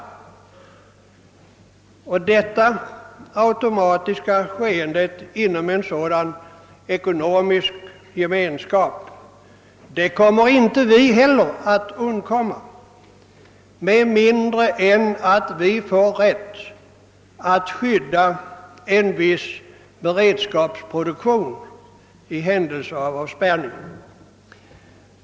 Detta automatiska skeende inom en sådan ekonomisk gemenskap kommer inte vi heller att undslippa, såvida vi inte får rättighet att skydda en viss beredskapsproduktion i händelse av avspärrning.